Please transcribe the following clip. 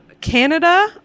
Canada